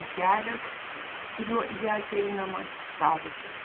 tik kelias kuriuo į ją ateinama savitas